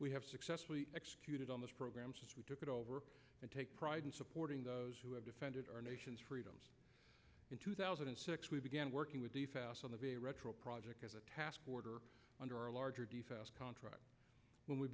we have successfully executed on this program since we took it over and take pride in supporting those who have defended our nation's freedoms in two thousand and six we began working with the fast on the be retro project as a task order under a larger contract when we